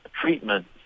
treatment